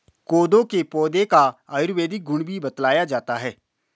कोदो के पौधे का आयुर्वेदिक गुण भी बतलाया जाता है